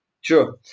Sure